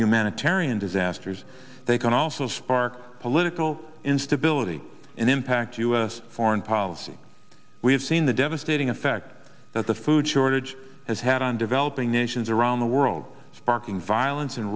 humanitarian disasters they can also spark political instability and impact us foreign policy we have seen the devastating effect that the food shortage has had on developing nations around the world sparking violence and